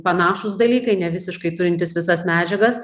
panašūs dalykai nevisiškai turintys visas medžiagas